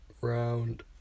Round